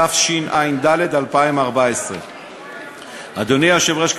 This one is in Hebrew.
התשע"ד 2014. אדוני היושב-ראש,